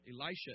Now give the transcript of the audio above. Elisha